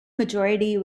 majority